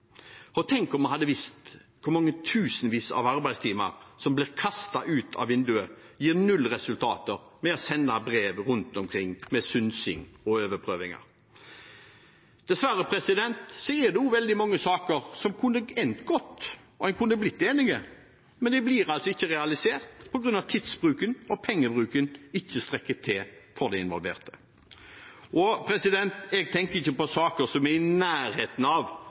Tenk om vi hadde visst hvor mange tusen arbeidstimer som blir kastet ut av vinduet, som gir null resultater, ved at man sender brev rundt omkring med synsing og overprøving. Dessverre er det veldig mange saker som kunne endt godt, der man kunne blitt enige, men de blir ikke realisert på grunn av tidsbruken og at pengebruken ikke strekker til for de involverte. Jeg tenker her på saker som ikke er i nærheten av